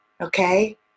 Okay